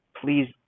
please